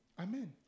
Amen